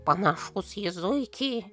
panašus į zuikį